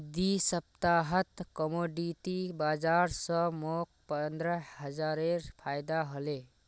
दी सप्ताहत कमोडिटी बाजार स मोक पंद्रह हजारेर फायदा हले